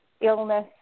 illness